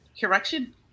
correction